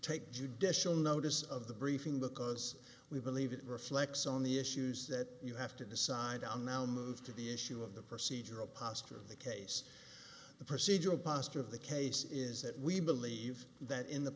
take judicial notice of the briefing because we believe it reflects on the issues that you have to decide on now moved to the issue of the procedural posture of the case the procedural posture of the case is that we believe that in the